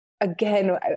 again